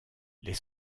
les